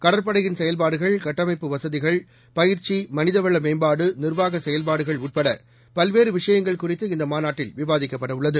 கடற்படையின் செயல்பாடுகள் கட்டமைப்பு வசதிகள் பயிற்சி மனிதவள மேம்பாடு நிர்வாக செயல்பாடுகள் உட்பட பல்வேறு விஷயங்கள் குறித்து இந்த மாநாட்டில் விவாதிக்கப்படவுள்ளது